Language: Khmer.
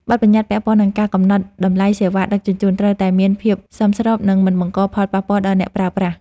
បទប្បញ្ញត្តិពាក់ព័ន្ធនឹងការកំណត់តម្លៃសេវាដឹកជញ្ជូនត្រូវតែមានភាពសមស្រប និងមិនបង្កផលប៉ះពាល់ដល់អ្នកប្រើប្រាស់។